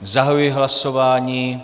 Zahajuji hlasování.